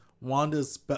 Wanda's